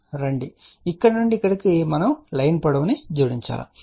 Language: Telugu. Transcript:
కాబట్టి ఇక్కడ నుండి ఇక్కడకు మనం లైన్ పొడవును జోడించాలి